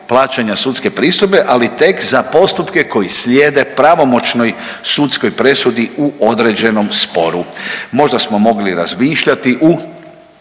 plaćanja sudske pristojbe, ali tek za postupke koji slijede pravomoćnoj sudskoj presudi u određenom sporu. Možda smo mogli razmišljati u